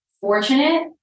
fortunate